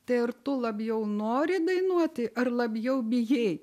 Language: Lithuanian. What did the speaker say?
tai ar tu labiau nori dainuoti ar labiau bijai